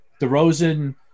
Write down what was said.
DeRozan